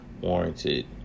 warranted